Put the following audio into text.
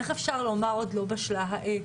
איך אפשר לומר: עוד לא בשלה העת?